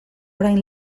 orain